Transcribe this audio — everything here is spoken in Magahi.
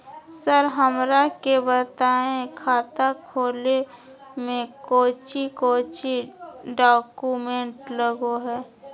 सर हमरा के बताएं खाता खोले में कोच्चि कोच्चि डॉक्यूमेंट लगो है?